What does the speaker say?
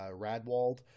Radwald